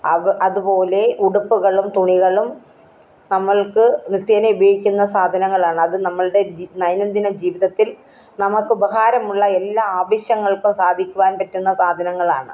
അതുപോലെ ഉടുപ്പുകളും തുണികളും നമ്മൾക്ക് നിത്യേനെ ഉപയോഗിക്കുന്ന സാധനങ്ങളാണ് അത് നമ്മളുടെ ദൈനംദിന ജീവിതത്തിൽ നമുക്ക് ഉപകാരമുള്ള എല്ലാ ആവശ്യങ്ങൾക്കും സാധിക്കുവാൻ പറ്റുന്ന സാധനങ്ങളാണ്